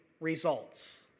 results